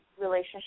relationship